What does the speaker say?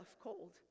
Cold